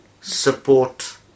support